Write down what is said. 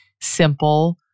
simple